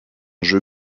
jeu